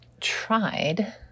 tried